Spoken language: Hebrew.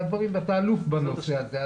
ואתה אלוף בנושא הזה.